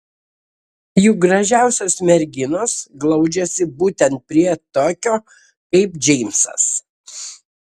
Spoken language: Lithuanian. juk gražiausios merginos glaudžiasi būtent prie tokio kaip džeimsas